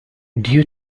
due